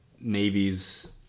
Navy's